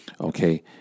Okay